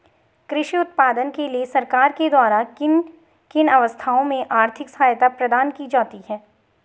कृषि उत्पादन के लिए सरकार के द्वारा किन किन अवस्थाओं में आर्थिक सहायता प्रदान की जाती है?